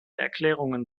erklärungen